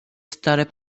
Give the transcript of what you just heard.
stare